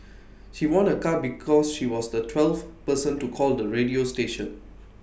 she won A car because she was the twelfth person to call the radio station